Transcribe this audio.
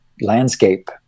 landscape